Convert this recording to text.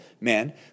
man